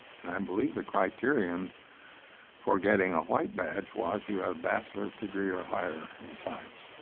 and i believe the criterion for getting a white badge was, you had a bachelor's degree or higher in science.